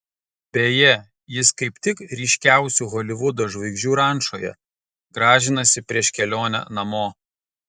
beje jis kaip tik ryškiausių holivudo žvaigždžių rančoje gražinasi prieš kelionę namo